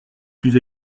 plus